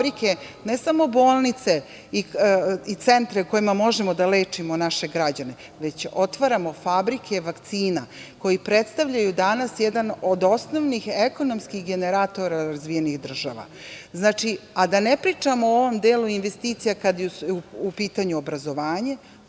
ne samo bolnice i centre u kojima možemo da lečimo naše građane, već otvaramo fabrike vakcina koje predstavljaju danas jedan od osnovnih ekonomskih generatora razvijenih država, a da ne pričam o onom delu investicija kada je u pitanju obrazovanje,